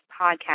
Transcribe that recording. podcast